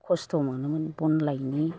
खस्थ' मोनोमोन बन लाइनि